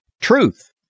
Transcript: Truth